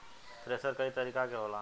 thresher कई तरीका के होला